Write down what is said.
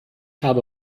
habe